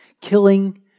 killing